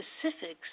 specifics